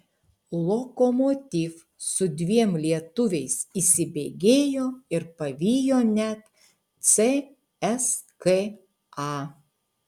lokomotiv su dviem lietuviais įsibėgėjo ir pavijo net cska